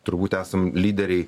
turbūt esam lyderiai